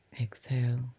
exhale